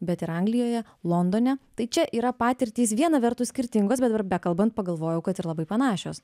bet ir anglijoje londone tai čia yra patirtys viena vertus skirtingos bet dabar bekalbant pagalvojau kad ir labai panašios